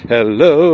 Hello